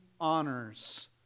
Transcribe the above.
honors